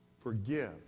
Forgive